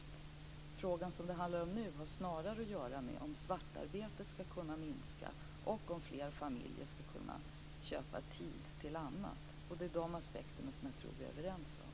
Den fråga som det handlar om nu har snarare att göra med om svartarbetet ska kunna minska och om fler familjer ska kunna köpa tid till annat. Och det är dessa aspekter som jag tror att vi är överens om.